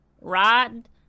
rod